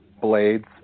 blades